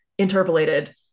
interpolated